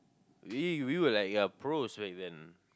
we we were like uh pros back then